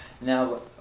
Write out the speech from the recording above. now